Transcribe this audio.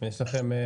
יש לכם?